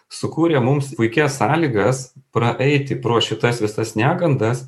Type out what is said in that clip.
sukūrė mums puikias sąlygas praeiti pro šitas visas negandas